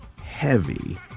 heavy